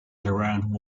around